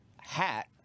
hat